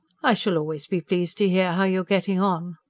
i shall always be pleased to hear how you are getting on.